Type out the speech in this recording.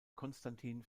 konstantin